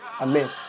Amen